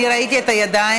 אני ראיתי את הידיים,